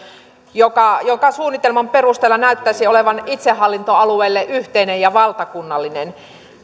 joka joka suunnitelman perusteella näyttäisi olevan itsehallintoalueille yhteinen ja valtakunnallinen